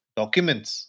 documents